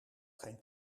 geen